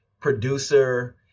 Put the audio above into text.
producer